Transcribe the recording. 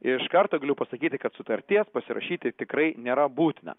iš karto galiu pasakyti kad sutarties pasirašyti tikrai nėra būtina